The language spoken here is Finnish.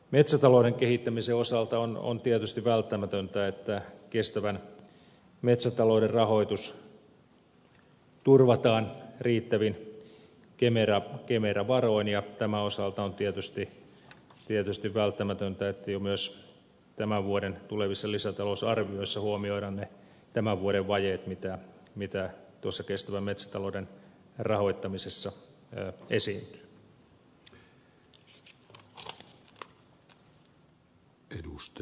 metsätalouden kehittämisen osalta on tietysti välttämätöntä että kestävän metsätalouden rahoitus turvataan riittävin kemera varoin ja tämän osalta on tietysti välttämätöntä että jo tämän vuoden tulevissa lisätalousarvioissa huomioidaan ne tämän vuoden vajeet mitä tuossa kestävän metsätalouden rahoittamisessa esiintyy